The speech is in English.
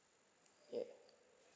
yup